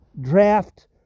draft